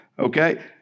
Okay